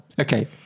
Okay